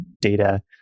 data